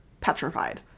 petrified